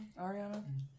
Ariana